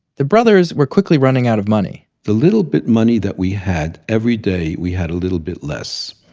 the brothers were quickly running out of money. the little bit money that we had, every day we had a little bit less.